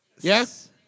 Yes